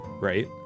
right